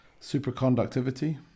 Superconductivity